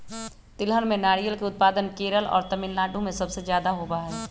तिलहन में नारियल के उत्पादन केरल और तमिलनाडु में सबसे ज्यादा होबा हई